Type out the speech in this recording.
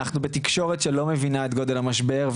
אנחנו בתקשורת שלא מבינה את גודל המשבר,